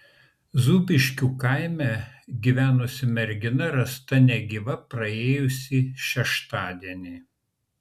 zūbiškių kaime gyvenusi mergina rasta negyva praėjusį šeštadienį